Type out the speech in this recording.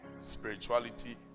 spirituality